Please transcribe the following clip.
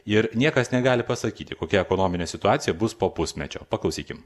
ir niekas negali pasakyti kokia ekonominė situacija bus po pusmečio paklausykim